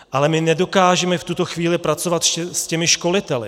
Ale my nedokážeme v tuto chvíli pracovat s těmi školiteli.